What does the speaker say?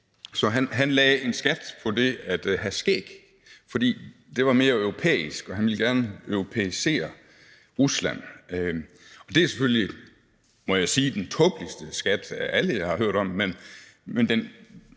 Så han lagde en skat på det at have skæg. For det var mere europæisk ikke at have det, og han ville gerne europæisere Rusland. Det er selvfølgelig, må jeg sige, den tåbeligste skat af alle, jeg har hørt om, men den